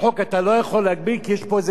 כי יש פה איזה מין חופש דת.